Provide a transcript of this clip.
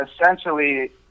essentially